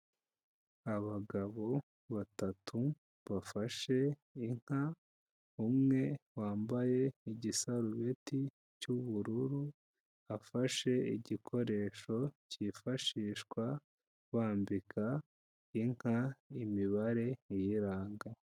Abagabo batatu, bafashe inka, umwe wambaye igisarureti cy'ubururu, afashe igikoresho, cyifashishwa bambika inka imibare iyiranga.